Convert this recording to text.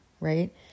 right